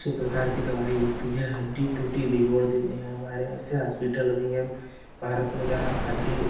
अच्छे प्रकार की दवाई होती है हड्डी टूटी हुई जोड़ देने हैं हमारे ऐसे हासपिटल अभी हैं भारत में जहाँ हड्डी